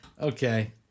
okay